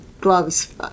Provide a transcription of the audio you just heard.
gloves